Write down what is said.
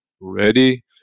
ready